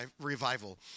revival